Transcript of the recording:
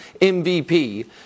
MVP